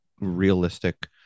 realistic